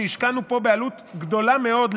שהשקענו בהקמתו פה בעלות גדולה מאוד,